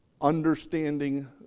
understanding